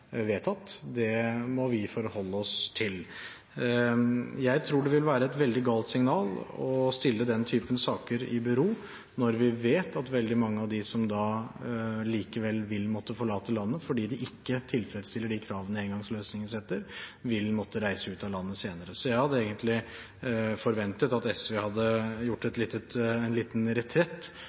vedtatt. Det må vi forholde oss til. Jeg tror det vil være et veldig galt signal å stille den typen saker i bero når vi vet at veldig mange av dem som likevel vil måtte forlate landet fordi de ikke tilfredsstiller de kravene engangsløsningen setter, vil måtte reise ut av landet senere. Jeg hadde egentlig forventet at SV hadde gjort en liten retrett,